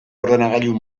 ordenagailu